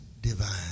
divine